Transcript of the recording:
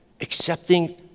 accepting